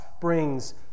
brings